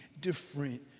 different